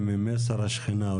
ממסייר השכנה.